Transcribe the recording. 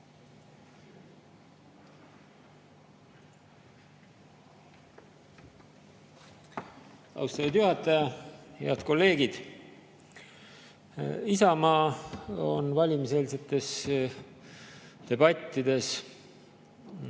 Austatud juhataja! Head kolleegid! Isamaa on valimiseelsetes debattides